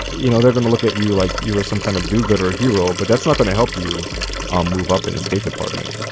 you know, they're going to look at you like you were some kind of do-gooder hero, but that's not going to help you um move up in the state department